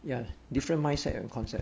ya different mindset and concept